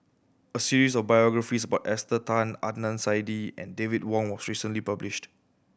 a series of biographies about Esther Tan Adnan Saidi and David Wong was recently published